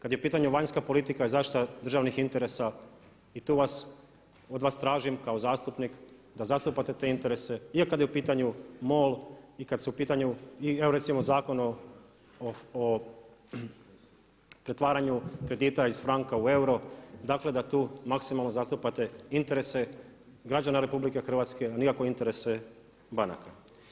Kad je u pitanju vanjska politika i zaštita državnih interesa i tu od vas tražim kao zastupnik da zastupate te interese i kad je u pitanju MOL i kad su u pitanju i evo recimo Zakon o pretvaranju kredita iz franka u euro, dakle da tu maksimalno zastupate interese građana Republike Hrvatske, a nikako interese banaka.